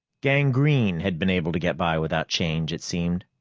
gangrene had been able to get by without change, it seemed.